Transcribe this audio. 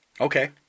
Okay